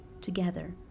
Together